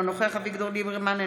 אינו נוכח אביגדור ליברמן,